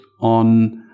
on